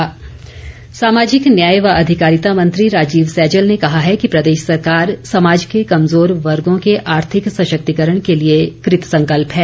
राजीव सैजल सामाजिक न्याय व अधिकारिता मंत्री राजीव सैजल ने कहा है कि प्रदेश सरकार समाज के कमजोर वर्गों के आर्थिक सशक्तिकरण के लिए कृतसंकल्प है